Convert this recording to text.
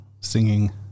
singing